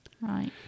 right